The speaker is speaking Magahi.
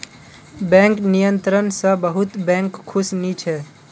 बैंक नियंत्रण स बहुत बैंक खुश नी छ